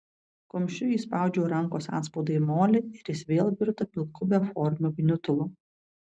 kumščiu įspaudžiau rankos atspaudą į molį ir jis vėl virto pilku beformiu gniutulu